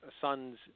sons